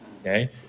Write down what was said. okay